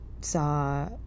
saw